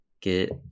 get